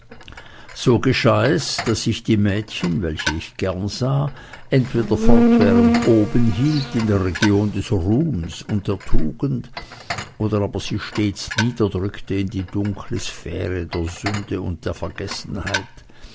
so geschah es daß ich die mädchen welche ich gern sah entweder fortwährend oben hielt in der region des ruhmes und der tugend oder aber sie stets niederdrückte in die dunkle sphäre der sünde und der vergessenheit